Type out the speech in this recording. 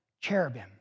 cherubim